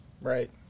Right